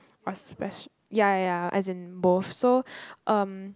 or special ya ya ya as in both so um